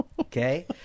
okay